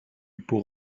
pour